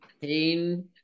pain